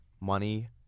money